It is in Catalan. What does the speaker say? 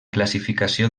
classificació